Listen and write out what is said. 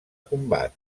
combat